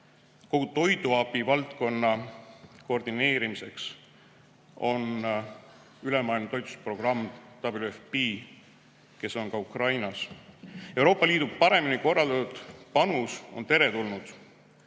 Kogu toiduabi valdkonna koordineerimiseks on loodud Maailma Toiduprogramm, kes tegutseb ka Ukrainas. Euroopa Liidu paremini korraldatud panus on teretulnud,